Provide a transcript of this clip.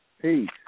Peace